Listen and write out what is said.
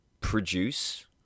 produce